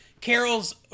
Carol's